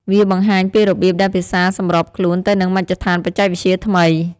វាបង្ហាញពីរបៀបដែលភាសាសម្របខ្លួនទៅនឹងមជ្ឈដ្ឋានបច្ចេកវិទ្យាថ្មី។